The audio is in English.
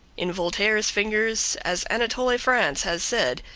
in voltaire's fingers, as anatole france has said,